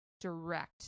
direct